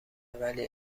ولی